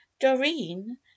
doreen